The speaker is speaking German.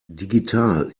digital